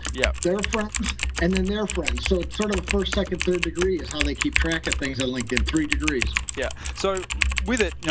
yeah their friends and then their friends. so it's sort of a first, second, third degree is how they keep track of things on linkedin, three degrees. pete yeah so with it, yeah